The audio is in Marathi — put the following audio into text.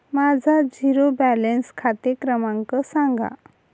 माझा झिरो बॅलन्स खाते क्रमांक सांगा